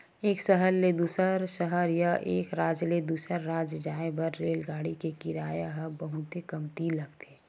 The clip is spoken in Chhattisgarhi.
एक सहर ले दूसर सहर या एक राज ले दूसर राज जाए बर रेलगाड़ी के किराया ह बहुते कमती लगथे